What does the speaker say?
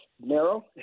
narrow